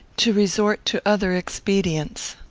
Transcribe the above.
to resort to other expedients.